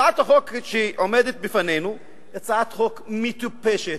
הצעת החוק שעומדת בפנינו היא הצעת חוק מטופשת,